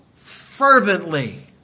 fervently